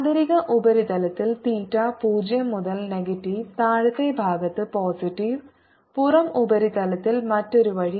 ആന്തരിക ഉപരിതലത്തിൽ തീറ്റ 0 മുതൽ നെഗറ്റീവ് താഴത്തെ ഭാഗത്ത് പോസിറ്റീവ് പുറം ഉപരിതലത്തിൽ മറ്റൊരു വഴി